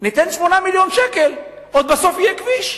ניתן 8 מיליון שקל, בסוף יהיה כביש.